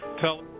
tell